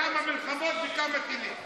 כמה מלחמות וכמה טילים?